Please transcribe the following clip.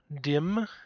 dim